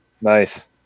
Nice